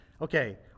Okay